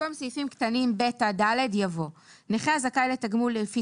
במקום סעיפים קטנים (ב) עד (ד) יבוא: (ב)נכה הזכאי לתגמול לפי